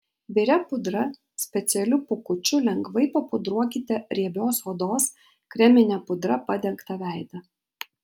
biria pudra specialiu pūkučiu lengvai papudruokite riebios odos kremine pudra padengtą veidą